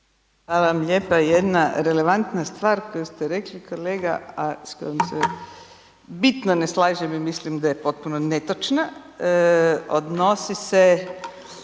Hvala vam lijepa. Jedna relevantna stvar koju ste rekli kolega, a sa kojom se bitno ne slažem i mislim da je potpuno netočna. Odnosi se